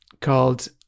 called